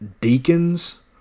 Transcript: deacons